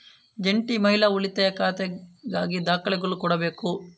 ಜಂಟಿ ಮಹಿಳಾ ಉಳಿತಾಯ ಖಾತೆಗಾಗಿ ದಾಖಲೆಗಳು ಕೊಡಬೇಕು